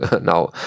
now